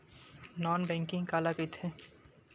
Non banking काला कइथे?